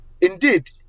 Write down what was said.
indeed